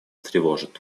тревожит